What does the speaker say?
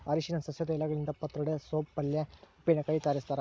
ಅರಿಶಿನ ಸಸ್ಯದ ಎಲೆಗಳಿಂದ ಪತ್ರೊಡೆ ಸೋಪ್ ಪಲ್ಯೆ ಉಪ್ಪಿನಕಾಯಿ ತಯಾರಿಸ್ತಾರ